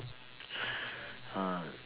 uh